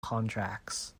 contracts